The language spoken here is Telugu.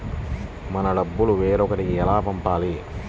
మన డబ్బులు వేరొకరికి ఎలా పంపాలి?